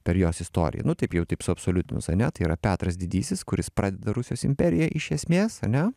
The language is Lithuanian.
per jos istoriją nu taip jau taip suabsoliutinus ane tai yra petras didysis kuris pradeda rusijos imperiją iš esmės ane